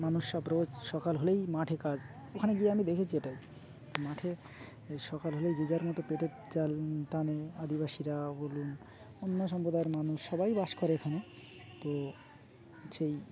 মানুষ সব রোজ সকাল হলেই মাঠে কাজ ওখানে গিয়ে আমি দেখেছি এটাই মাঠে সকাল হলেই যে যার মতো পেটের জাল টানে আদিবাসীরা বলুন অন্য সম্প্রদায়ের মানুষ সবাই বাস করে এখানে তো সেই